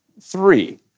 Three